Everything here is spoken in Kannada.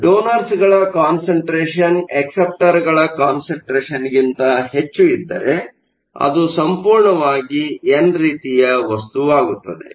ಆದರೆ ಡೋನರ್ಸ್Donorsಗಳ ಕಾನ್ಸಂಟ್ರೇಷನ್ ಅಕ್ಸೆಪ್ಟರ್ ಗಳ ಕಾನ್ಸಂಟ್ರೇಷನ್ಗಿಂತ ಹೆಚ್ಚು ಇದ್ದರೆ ಅದು ಸಂಪೂರ್ಣವಾಗಿ ಎನ್ ರೀತಿಯ ವಸ್ತುವಾಗುತ್ತದೆ